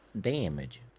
damage